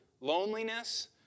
loneliness